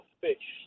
fish